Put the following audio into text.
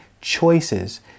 choices